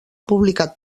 publicat